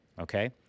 okay